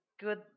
good